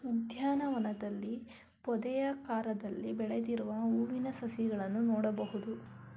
ಉದ್ಯಾನವನದಲ್ಲಿ ಪೊದೆಯಾಕಾರದಲ್ಲಿ ಬೆಳೆದಿರುವ ಹೂವಿನ ಸಸಿಗಳನ್ನು ನೋಡ್ಬೋದು